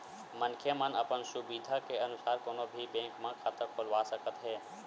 मनखे मन अपन सुबिधा के अनुसार कोनो भी बेंक म खाता खोलवा सकत हे